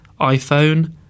iPhone